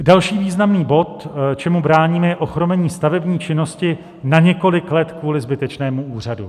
Další významný bod, čemu bráníme, je ochromení stavební činnosti na několik let kvůli zbytečnému úřadu.